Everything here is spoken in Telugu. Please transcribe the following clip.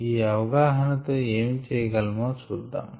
ఈ అవగాహన తో ఏమి చేయగలమో చూద్దాము